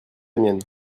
mienne